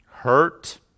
hurt